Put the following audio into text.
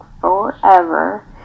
forever